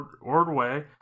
Ordway